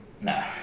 Nah